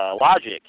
logic